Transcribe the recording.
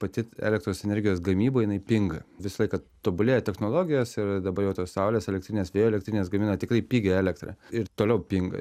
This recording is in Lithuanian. pati elektros energijos gamyba jinai pinga visą laiką tobulėja technologijos ir dabar jau tos saulės elektrinės vėjo elektrinės gamina tikrai pigią elektrą ir toliau pinga